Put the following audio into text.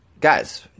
Guys